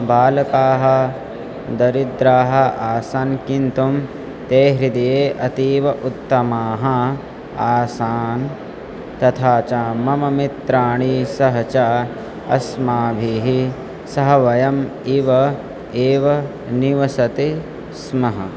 बालकाः दरिद्राः आसन् किन्तुं ते हृदये अतीव उत्तमाः आसन् तथा च मम मित्रैः सह च अस्माभिः सः वयम् इव एव निवसति स्मः